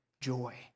joy